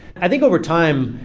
i think over time,